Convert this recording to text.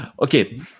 Okay